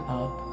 up